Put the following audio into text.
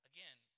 Again